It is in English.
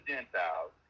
Gentiles